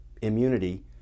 immunity